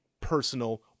personal